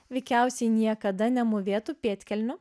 veikiausiai niekada nemūvėtų pėdkelnių